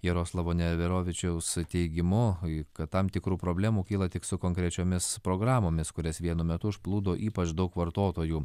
jaroslavo neverovičiaus teigimu tai kad tam tikrų problemų kyla tik su konkrečiomis programomis kurias vienu metu užplūdo ypač daug vartotojų